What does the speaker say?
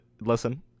listen